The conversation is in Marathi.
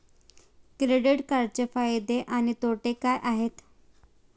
क्रेडिट कार्डचे फायदे आणि तोटे काय आहेत?